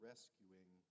rescuing